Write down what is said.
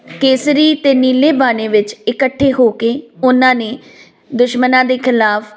ਕੇਸਰੀ ਅਤੇ ਨੀਲੇ ਬਾਣੇ ਵਿੱਚ ਇਕੱਠੇ ਹੋ ਕੇ ਉਹਨਾਂ ਨੇ ਦੁਸ਼ਮਣਾਂ ਦੇ ਖਿਲਾਫ਼